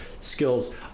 Skills